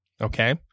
Okay